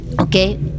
Okay